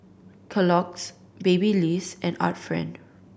Kellogg's Babyliss and Art Friend